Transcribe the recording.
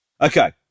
Okay